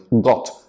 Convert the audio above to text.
got